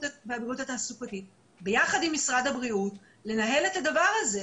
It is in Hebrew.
והבריאות התעסוקתית ביחד עם משרד הבריאות לנהל את הדבר הזה.